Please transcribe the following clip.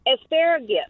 asparagus